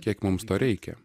kiek mums to reikia